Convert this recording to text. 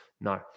No